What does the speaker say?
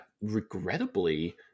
regrettably